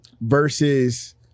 versus